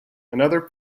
another